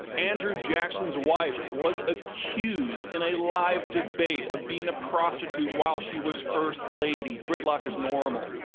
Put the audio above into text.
andrew jackson's wife was accused in a live debate of being a prostitute while she was first lady. gridlock is normal.